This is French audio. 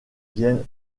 vienne